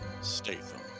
Statham